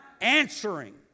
answering